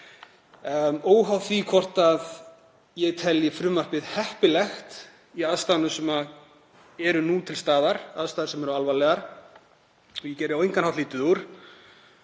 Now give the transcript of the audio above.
Óháð því hvort ég telji frumvarpið heppilegt í aðstæðunum sem eru nú til staðar, aðstæðum sem eru alvarlegar og ég geri á engan hátt lítið úr